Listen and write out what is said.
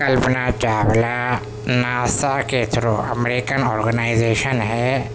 کلپنا Chawla NASA کے through American organisation ہے